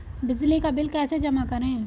बिजली का बिल कैसे जमा करें?